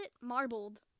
marbled